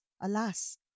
alas